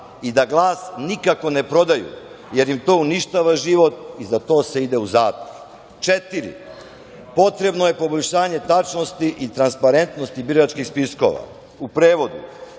i da glas nikako ne prodaju jer im to uništava život i za to se ide u zatvor. Pod četiri – potrebno je poboljšanje tačnosti i transparentnosti biračkih spiskova. U prevodu